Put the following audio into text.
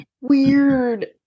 weird